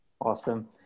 Awesome